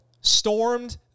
stormed